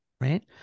right